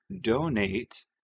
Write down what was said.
donate